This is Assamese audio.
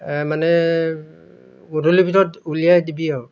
মানে গধূলিৰ ভিতৰত উলিয়াই দিবি আৰু